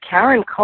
Karen